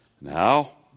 now